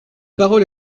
parole